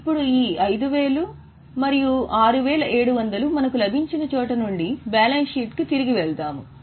ఇప్పుడు ఈ 5000 మరియు 6700 మనకు లభించిన చోట నుండి బ్యాలెన్స్ షీట్కు తిరిగి వెళ్తాము